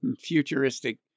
futuristic